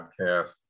podcast